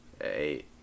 eight